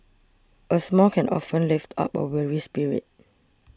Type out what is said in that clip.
a smile can often lift up a weary spirit